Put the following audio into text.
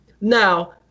Now